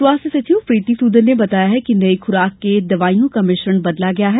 स्वास्थ्य सचिव प्रीति सूदन ने बताया कि नई खुराक में दवाइयों का मिश्रण बदला गया है